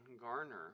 garner